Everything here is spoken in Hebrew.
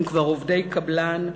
הם כבר עובדי קבלן.